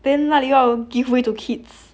then 那里要 give way to kids